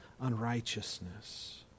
unrighteousness